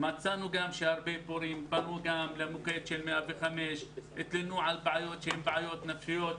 מצאנו שהרבה הורים באו למוקד 105 והתלוננו על בעיות שהן בעיות נפשיות,